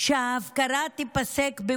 שההפקרה תיפסק.